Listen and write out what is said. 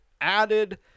added